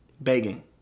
begging